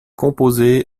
composées